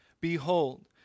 Behold